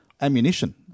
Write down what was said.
ammunition